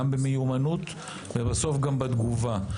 גם במיומנות ובסוף גם בתגובה.